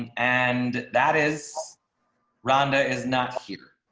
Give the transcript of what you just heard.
and and that is rhonda is not here.